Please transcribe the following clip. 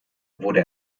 wurde